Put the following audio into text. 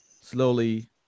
slowly